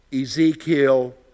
Ezekiel